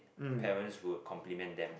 parents would compliment them